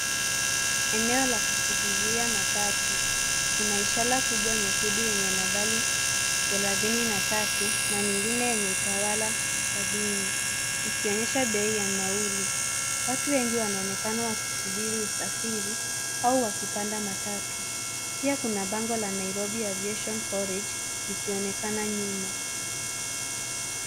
Eneo la kusubiria matatu. Kuna ishara kubwa nyekundu yenye nambari thelathini na tatu na nyingine yenye Utawala sabini ikionyesha bei ya nauli. Watu wengi wanaonekana wakisubiri usafiri au wakipanda matatu pia kuna bango la Nairobi Aviation College likionekana nyuma.